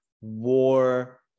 war